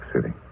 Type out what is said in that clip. City